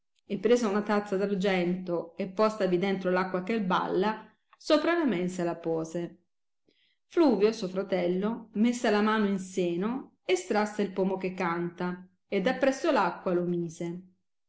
e presa una tazza d argento e postavi dentro l acqua che balla sopra la mensa la pose fluvio suo fratello messa la mano in seno estrasse il pomo che canta ed appresso l acqua lo mise